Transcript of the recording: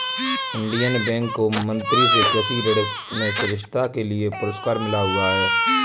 Indian Bank को मंत्री से कृषि ऋण में श्रेष्ठता के लिए पुरस्कार मिला हुआ हैं